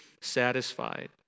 satisfied